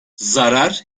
zarar